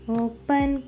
open